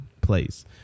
place